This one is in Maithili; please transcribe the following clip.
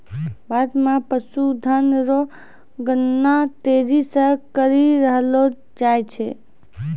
भारत मे पशुधन रो गणना तेजी से करी रहलो जाय छै